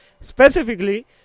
specifically